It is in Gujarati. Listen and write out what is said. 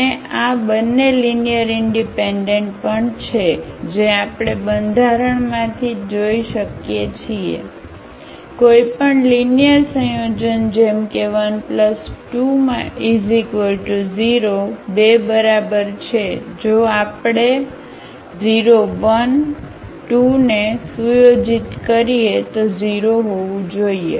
અને આ બંને લીનીઅરઇનડિપેન્ડન્ટ પણ છે જે આપણે બંધારણમાંથી જ જોઈ શકીએ છીએ કોઈપણ લીનીઅરસંયોજન જેમ કે 1 2 0 2 બરાબર છે જો આપણે 0 1 2 ને સુયોજિત કરીએ તો 0 હોવું જોઈએ